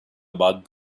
about